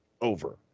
over